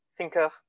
thinker